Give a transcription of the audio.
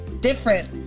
different